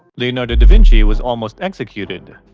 leonardo da vinci was almost executed.